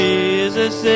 Jesus